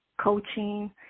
coaching